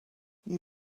you